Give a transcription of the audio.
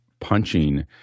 punching